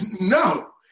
No